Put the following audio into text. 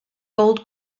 gold